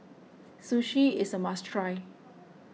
Sushi is a must try